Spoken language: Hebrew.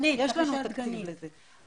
יש לנו תקציב לזה.